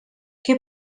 que